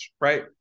right